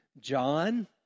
John